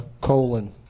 colon